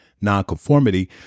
nonconformity